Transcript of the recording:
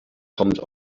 comes